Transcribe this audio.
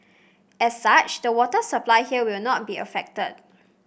as such the water supply here will not be affected